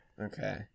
okay